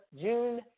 June